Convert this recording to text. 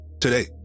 today